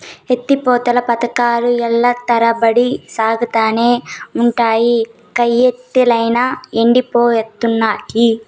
ఎత్తి పోతల పదకాలు ఏల్ల తరబడి సాగతానే ఉండాయి, కయ్యలైతే యెండిపోతున్నయి